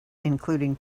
including